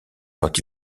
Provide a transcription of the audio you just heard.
quand